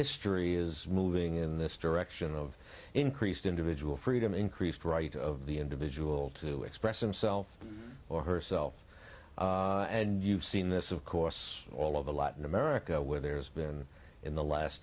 history is moving in this direction of increased individual freedom increased right of the individual to express himself or herself and you've seen this of course all of the latin america where there has been in the last